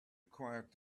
acquired